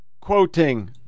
quoting